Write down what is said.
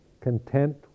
content